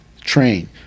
Train